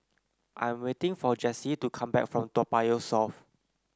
I am waiting for Jessy to come back from Toa Payoh South